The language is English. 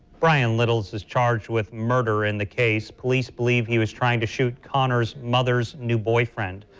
brian littles is charged with murder in the case police belief he was trying to shoot connor's mother's new boyfriend.